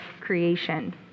creation